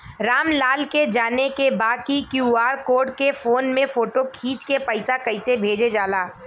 राम लाल के जाने के बा की क्यू.आर कोड के फोन में फोटो खींच के पैसा कैसे भेजे जाला?